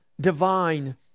divine